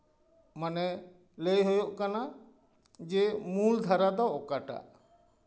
ᱢᱟᱱᱮ ᱞᱟᱹᱭ ᱦᱩᱭᱩᱜ ᱠᱟᱱᱟ ᱡᱮ ᱢᱩᱞ ᱫᱷᱟᱨᱟ ᱫᱚ ᱚᱠᱟᱴᱟᱜ